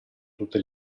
tutte